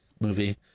movie